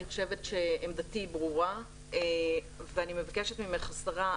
אני חושבת שעמדתי ברורה ואני מבקשת ממך, השרה.